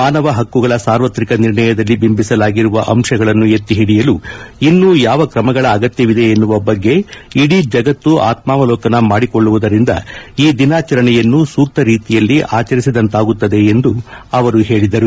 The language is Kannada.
ಮಾನವ ಹಕ್ಕುಗಳ ಸಾರ್ವತ್ರಿಕ ನಿರ್ಣಯದಲ್ಲಿ ಬಿಂಬಿಸಲಾಗಿರುವ ಅಂಶಗಳನ್ನು ಎತ್ತಿಹಿಡಿಯಲು ಇನ್ನು ಯಾವ ಕ್ರಮಗಳ ಅಗತ್ಯವಿದೆ ಎನ್ನುವ ಬಗ್ಗೆ ಇಡೀ ಜಗತ್ತು ಆತ್ಮಾವಲೋಕನ ಮಾಡಿಕೊಳ್ಳುವುದರಿಂದ ಈ ದಿನಾಚರಣೆಯನ್ನು ಸೂಕ್ತ ರೀತಿಯಲ್ಲಿ ಆಚರಿಸಿದಂತಾಗುತ್ತದೆ ಎಂದು ಅವರು ಹೇಳಿದರು